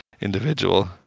individual